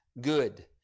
good